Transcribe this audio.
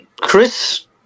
Chris